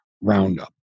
roundup